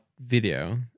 video